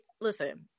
listen